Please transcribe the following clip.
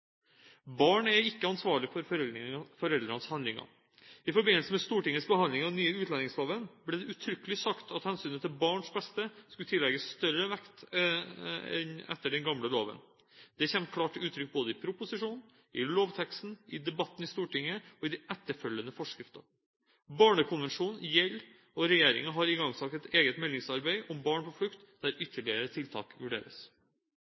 Barn er ikke ansvarlig for foreldrenes handlinger. I forbindelse med Stortingets behandling av den nye utlendingsloven ble det uttrykkelig sagt at hensynet til barns beste skulle tillegges større vekt enn etter den gamle loven. Det kommer klart til uttrykk både i proposisjonen, i lovteksten, i debatten i Stortinget og i de etterfølgende forskrifter. Barnekonvensjonen gjelder, og regjeringen har igangsatt et eget meldingsarbeid om barn på flukt, der ytterligere tiltak vurderes.